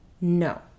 No